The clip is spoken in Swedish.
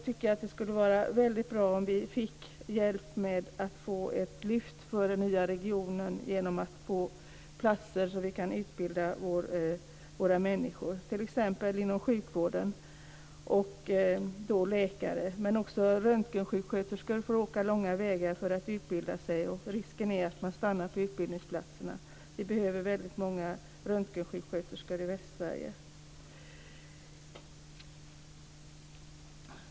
Det skulle vara väldigt bra om vi fick hjälp med till ett lyft för den nya regionen genom platser för utbildning av våra anställda inom sjukvården. Det kan gälla läkare men även röntgensjuksköterskor, som får åka långa vägar för att utbilda sig. Det är då risk för att de stannar på utbildningsplatserna. Vi behöver väldigt många röntgensjuksköterskor i Västsverige.